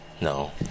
no